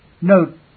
Note